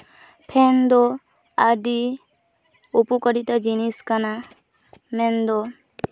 fan ᱫᱚ ᱟᱹᱰᱤ ᱩᱯᱚᱠᱟᱨᱤᱛᱟ ᱡᱤᱱᱤᱥ ᱠᱟᱱᱟ ᱢᱮᱱᱫᱚ